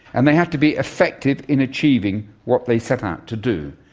and they have to be effective in achieving what they set out to do.